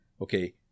okay